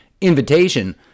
invitation